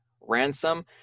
Ransom